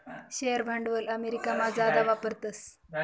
share भांडवल अमेरिकामा जादा वापरतस